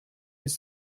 his